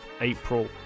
April